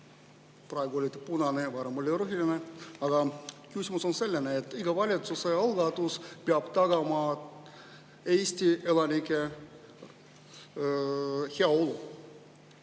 Praegu oled punane, varem olid roheline. Aga küsimus on selline. Iga valitsuse algatus peab tagama Eesti elanike heaolu,